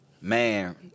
Man